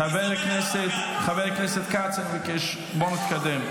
חבר הכנסת כץ, אני מבקש, בוא נתקדם.